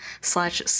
slash